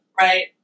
right